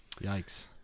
Yikes